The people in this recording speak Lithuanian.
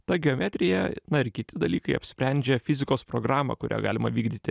ta geometrija na ir kiti dalykai apsprendžia fizikos programą kurią galima vykdyti